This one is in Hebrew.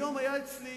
היום היה אצלי